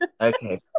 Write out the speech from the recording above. Okay